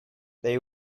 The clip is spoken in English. they